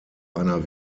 einer